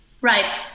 Right